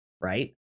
Right